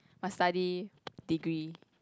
must study degree